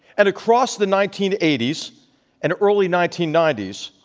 and across the nineteen eighty s and early nineteen ninety s,